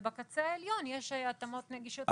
בקצה העליון יש התאמות נגישות.